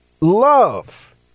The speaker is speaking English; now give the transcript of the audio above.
love